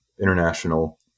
international